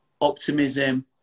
optimism